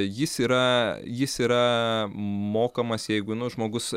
jis yra jis yra mokamas jeigu nu žmogus